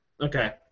Okay